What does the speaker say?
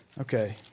Okay